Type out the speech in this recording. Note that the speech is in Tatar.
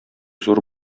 зур